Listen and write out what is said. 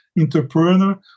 entrepreneur